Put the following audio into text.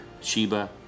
Sheba